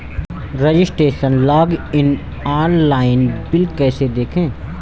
Registration login online bill कैसे देखें?